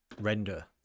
render